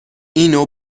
اینو